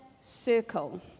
circle